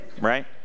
right